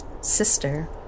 Sister